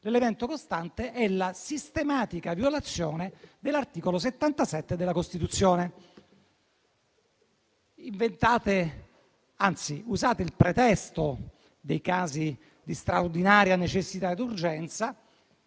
il Governo: la sistematica violazione dell'articolo 77 della Costituzione. Usate il pretesto dei casi di straordinaria necessità ed urgenza